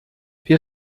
wir